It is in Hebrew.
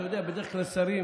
אתה יודע, בדרך כלל שרים,